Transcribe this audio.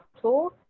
tool